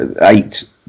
eight